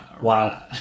Wow